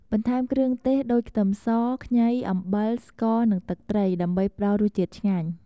បន្ថែមគ្រឿងទេសដូចខ្ទឹមស ខ្ញី អំបិល ស្ករ និងទឹកត្រី ដើម្បីផ្តល់រសជាតិឆ្ងាញ់។